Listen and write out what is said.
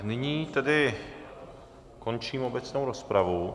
Nyní tedy končím obecnou rozpravu.